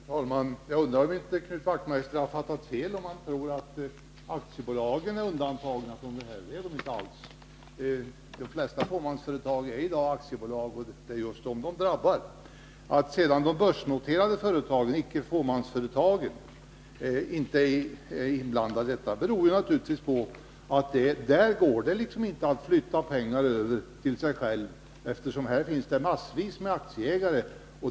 Herr talman! Jag undrar om inte Knut Wachtmeister har fattat fel, om han tror att aktiebolagen är undantagna. Så är inte fallet. De flesta fåmansföretag är i dag aktiebolag, och det är just dessa som drabbas. Att sedan de börsnoterade företag som inte är fåmansföretag inte är inblandade i detta beror naturligtvis på att det där inte går att flytta över pengar till sig själv, eftersom det finns massvis med aktieägare.